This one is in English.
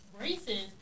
races